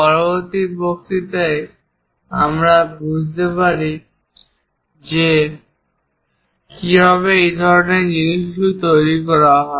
পরবর্তী বক্তৃতা আমরা বুঝতে পারব কিভাবে এই ধরনের জিনিসগুলি তৈরি করতে হয়